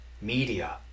Media